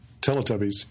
Teletubbies